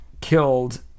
killed